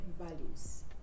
values